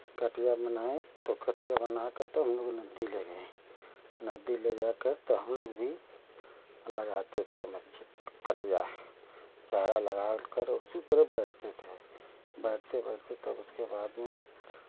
कटिया बनाएँ तो कटिया बनाके तो हम लोग नदी ले गएँ नदी ले जाकर तो हम लोग भी लगाते थे मच्छी कटिया चारा लगाकर उसी तरह बैठते थे बैठते रहते तब उसके बाद में